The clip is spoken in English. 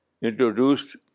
introduced